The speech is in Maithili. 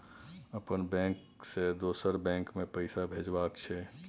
अपन बैंक से दोसर बैंक मे पैसा भेजबाक छै?